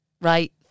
right